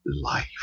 life